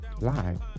Live